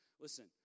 Listen